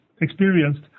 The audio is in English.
experienced